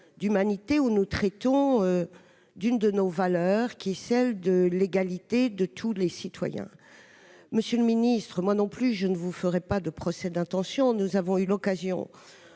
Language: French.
d'humanité où nous traitons de l'une de nos valeurs, l'égalité de tous les citoyens. Monsieur le ministre, moi non plus, je ne vous ferai pas de procès d'intention. Nous avons eu l'occasion